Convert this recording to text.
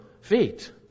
feet